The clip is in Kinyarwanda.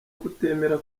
kutemera